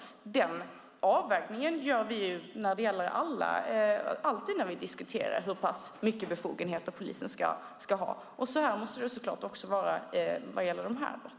Den avvägningen gör vi alltid när vi diskuterar hur stora befogenheter polisen ska ha, och så måste det så klart också vara vad gäller de här brotten.